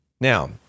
Now